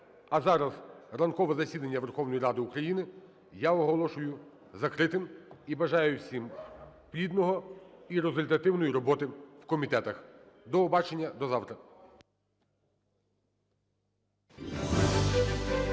А зараз ранкове засідання Верховної Ради України я оголошую закритим і бажаю всім плідної і результативної роботи в комітетах. До побачення. До завтра.